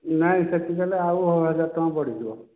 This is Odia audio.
ନାଇ ସେଠିକି ଗଲେ ଆଉ ହଜାର ଟଙ୍କା ବଢ଼ିଯିବ